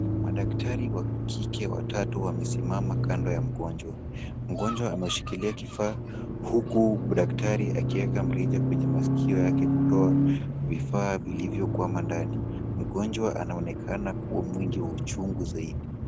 Madaktari wa kike watatu wamesimama kando ya mgonjwa. Mgonjwa anashikilia ifaa huku daktari akiweka mrija kwenye maskio yake kutoa vifaa vilivyokwama ndani. Mgonjwa anaonekana kuwa mwingi wa uchungu zaidi.